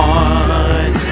one